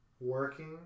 working